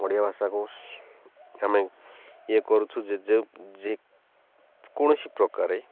ଓଡ଼ିଆ ଭାଷାକୁ ଆମେ ଇଏ କରୁଛୁ ଯେ ଯେ ଯେ କୌଣସି ପ୍ରକାରେ